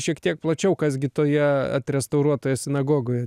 šiek tiek plačiau kas gi toje restauruotoje sinagogoje